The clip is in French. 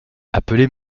appelez